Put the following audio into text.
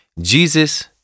Jesus